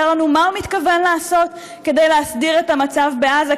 לנו מה הוא מתכוון לעשות כדי להסדיר את המצב בעזה,